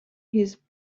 his